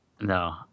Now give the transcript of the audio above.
no